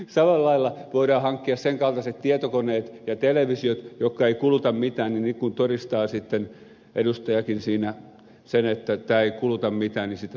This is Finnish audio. samalla lailla voidaan hankkia sen kaltaiset tietokoneet ja televisiot jotka eivät kuluta mitään niin kuin todistaa sitten edustajakin siinä sen että tämä ei kuluta mitään niin siitä saa sitten verohelpotuksen